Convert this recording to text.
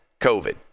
COVID